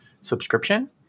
subscription